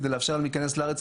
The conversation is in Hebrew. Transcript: כדי לאפשר להם להיכנס לארץ,